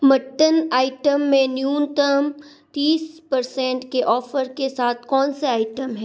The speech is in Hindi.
मट्टन आइटम में न्यूनतम तीस परसेंट के ऑफ़र के साथ कौन से आइटम हैं